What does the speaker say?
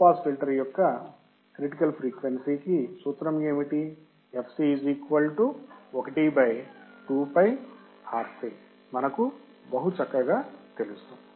లో pass filter యొక్క critical frequency కి సూత్రం ఏమిటి మనకు బహు చక్కగా తెలుసు